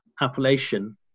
appellation